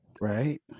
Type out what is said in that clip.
right